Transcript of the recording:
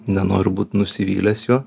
nenoriu būt nusivylęs juo